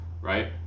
right